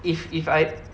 if if I